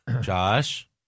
Josh